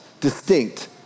distinct